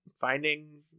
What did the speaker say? finding